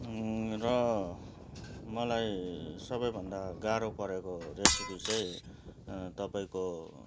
र मलाई सबैभन्दा गाह्रो परेको रेसिपी चाहिँ तपाईँको